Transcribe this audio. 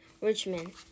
Richmond